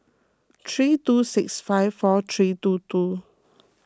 three two six five four three two two